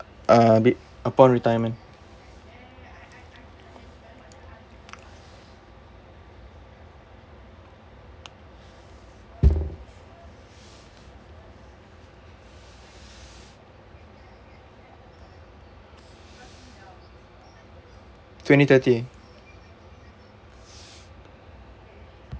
uh be~ upon retirement twenty thirty